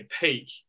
peak